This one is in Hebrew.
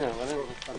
הישיבה ננעלה בשעה